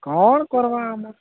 କ'ଣ କରିବା ଆମର